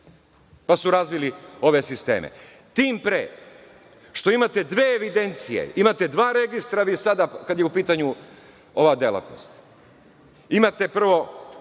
oni su razvili ove sisteme. Tim pre što imate dve evidencije, imate dva registra kada je u pitanju ova delatnost. Imate prvo